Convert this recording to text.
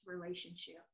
relationship